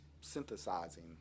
synthesizing